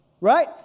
Right